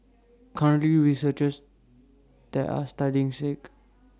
currently researchers there are studying sake